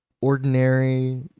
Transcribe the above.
ordinary